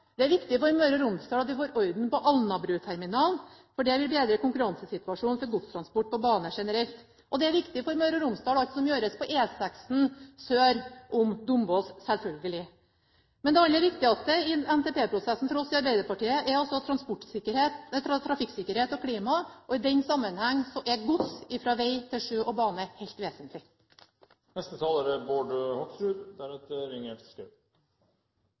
Det er viktig for Møre og Romsdal at vi får orden på Alnabruterminalen, for det vil bedre konkurransesituasjonen for godstransport på bane generelt. Alt som gjøres på E6 sør for Dombås, er selvfølgelig viktig for Møre og Romsdal. Det aller viktigste i NTP-prosessen for oss i Arbeiderpartiet er trafikksikkerhet og klima. I den sammenhengen er gods fra veg til sjø og bane helt vesentlig. Det er